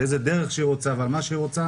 באיזה דרך שהיא רוצה ועל מה שהיא רוצה